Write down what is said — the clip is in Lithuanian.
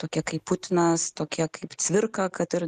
tokie kaip putinas tokie kaip cvirka kad ir